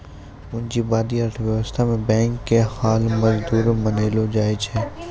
पूंजीबादी अर्थव्यवस्था मे बैंक के हाल मजबूत मानलो जाय छै